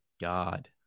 god